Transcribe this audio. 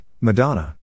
Madonna